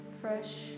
fresh